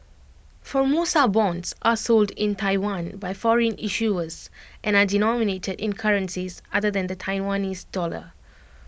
Formosa Bonds are sold in Taiwan by foreign issuers and are denominated in currencies other than the Taiwanese dollar